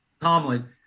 Tomlin